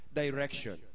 direction